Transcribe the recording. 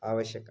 आवश्यकाः